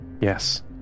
Yes